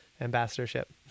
ambassadorship